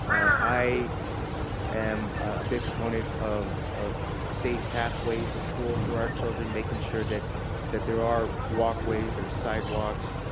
i am a big proponent of of safe pathways to school for our children, making sure that that there are walkways, there's sidewalks,